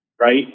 right